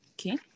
okay